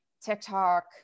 TikTok